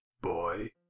Boy